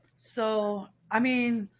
so, i mean,